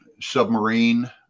submarine